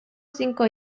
cinco